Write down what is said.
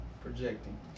projecting